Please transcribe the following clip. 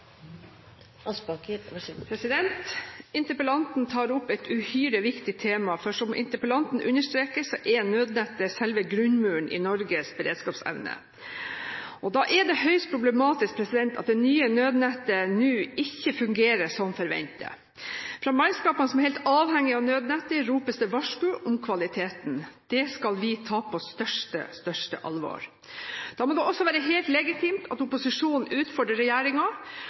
understreker, er nødnettet selve grunnmuren i Norges beredskapsevne, og da er det høyst problematisk at det nye nødnettet ikke fungerer som forventet. Fra mannskapene som er helt avhengig av nødnettet, ropes det varsku om kvaliteten. Det skal vi ta på største, største alvor. Da må det også være helt legitimt at opposisjonen